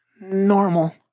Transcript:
normal